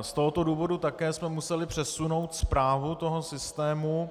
Z tohoto důvodu také jsme museli přesunout správu toho systému